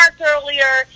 earlier